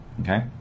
Okay